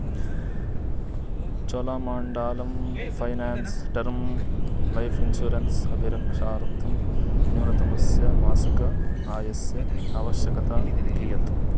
Cholamandalam finance term life insurance अभिरक्षार्थं न्यूनतमस्य मासिक आयस्य आवश्यकता कियत्